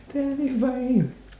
terrifying ah